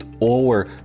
over